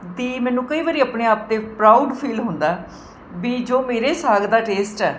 ਅਤੇ ਮੈਨੂੰ ਕਈ ਵਾਰੀ ਆਪਣੇ ਆਪ 'ਤੇ ਪਰਾਊਡ ਫੀਲ ਹੁੰਦਾ ਵੀ ਜੋ ਮੇਰੇ ਸਾਗ ਦਾ ਟੇਸਟ ਹੈ